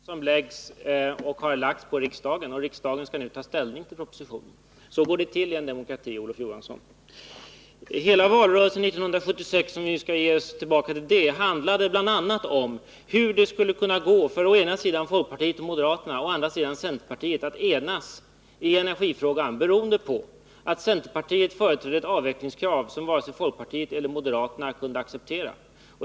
Herr talman! Arbetet redovisas i den proposition som har lagts fram för riksdagen, och riksdagen skall nu ta ställning till propositionen. Så går det till i en demokrati, Olof Johansson. Valrörelsen 1976 — om vi nu skall gå tillbaka till den — handlade bl.a. om hur det skulle kunna gå för å ena sidan folkpartiet och moderaterna och å andra sidan centerpartiet att enas i energifrågan. Den debatten berodde på att centerpartiet företrädde ett avvecklingskrav som varken folkpartiet eller moderaterna kunde acceptera.